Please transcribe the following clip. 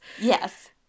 yes